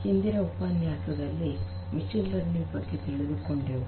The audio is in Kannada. ಹಿಂದಿನ ಉಪನ್ಯಾಸದಲ್ಲಿ ಮಷೀನ್ ಲರ್ನಿಂಗ್ ಬಗ್ಗೆ ತಿಳಿದುಕೊಂಡೆವು